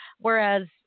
Whereas